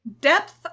Depth